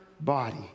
body